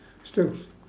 still